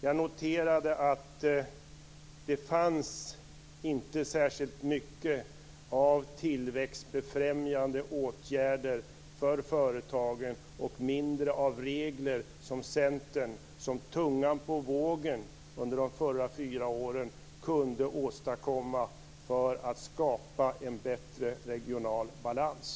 Jag noterade att Centern, som tungan på vågen under de förra fyra åren, inte kunde åstadkomma särskilt många tillväxtbefrämjande åtgärder för företagen eller färre regler för att skapa en bättre regional balans.